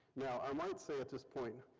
now, i might say at this point,